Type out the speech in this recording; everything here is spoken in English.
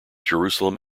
jerusalem